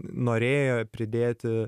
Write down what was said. norėjo pridėti